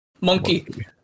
Monkey